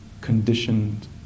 conditioned